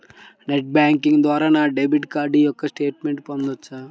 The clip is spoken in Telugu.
నెట్ బ్యాంకింగ్ ద్వారా నా డెబిట్ కార్డ్ యొక్క స్టేట్మెంట్ పొందవచ్చా?